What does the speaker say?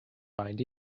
bind